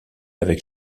avec